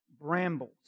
brambles